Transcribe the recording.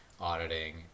auditing